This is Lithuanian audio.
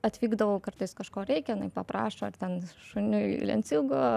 atvykdavau kartais kažko reikia paprašo ar ten šuniui lenciūgo